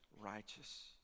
righteous